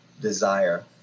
desire